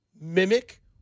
mimic